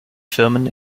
firmen